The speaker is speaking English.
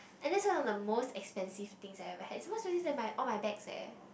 and that's one of the most expensive things I ever had it's more expensive than my all my bags eh